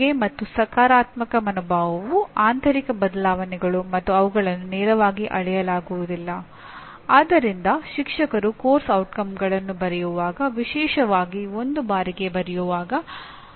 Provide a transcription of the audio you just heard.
ಅವರ ಹಿನ್ನೆಲೆಯ ಆಧಾರದ ಮೇಲೆ ಅವರು ತಮ್ಮದೇ ಆದ ಆದ್ಯತೆಗಳನ್ನು ಹೊಂದಿರುತ್ತಾರೆ ಮತ್ತು ಎಲ್ಲಾ ಶಿಕ್ಷಕರು ಒಂದೇ ವಿಷಯವನ್ನು ಬೋಧಿಸುವುದಿಲ್ಲ